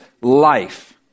life